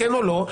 כן או לא.